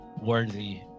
worthy